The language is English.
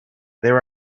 there